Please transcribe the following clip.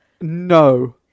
No